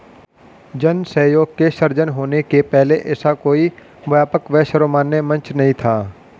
जन सहयोग के सृजन होने के पहले ऐसा कोई व्यापक व सर्वमान्य मंच नहीं था